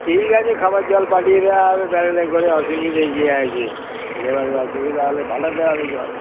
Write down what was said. ঠিক আছে খাবার জল পাঠিয়ে দেওয়া হবে ব্যারেলে করে অসুবিধে কি আছে লেবারের অসুবিধা হলে পাঠতে হবে জল